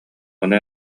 ону